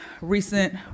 recent